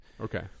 Okay